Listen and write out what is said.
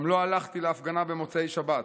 גם לא הלכתי להפגנה במוצאי שבת.